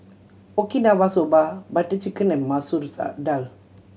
Okinawa Soba Butter Chicken and Masoor Dal